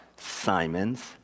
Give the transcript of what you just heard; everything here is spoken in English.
Simon's